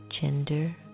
gender